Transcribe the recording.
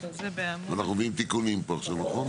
אנחנו מביאים תיקונים פה עכשיו, נכון?